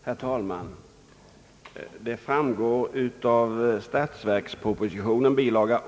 Herr talman! Det framgår av statsverkspropositionen bil.